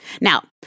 Now